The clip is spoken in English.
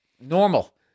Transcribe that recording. normal